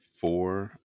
four